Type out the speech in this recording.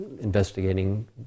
investigating